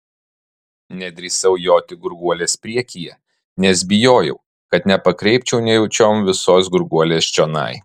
nedrįsau joti gurguolės priekyje nes bijojau kad nepakreipčiau nejučiom visos gurguolės čionai